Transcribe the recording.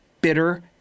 bitter